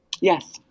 Yes